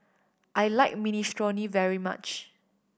I like Minestrone very much